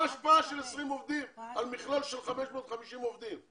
מה ההשפעה של 20 עובדים על מכלול של 550 עובדים?